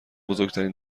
بزرگترین